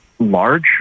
large